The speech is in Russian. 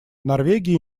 норвегия